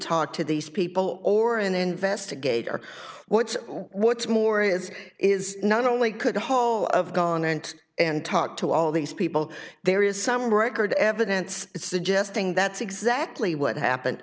talk to these people or an investigator what's what's more is is not only could a hall of gone around and talked to all these people there is some record evidence suggesting that's exactly what happened